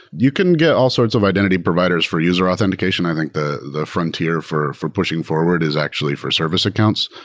you can get all sorts of identity providers for user authentication. i think the the frontier for for pushing forward is actually for service accounts.